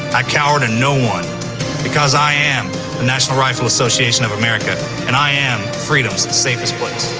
i cower to no one because i am the national rifle association of america and i am freedom's safest place.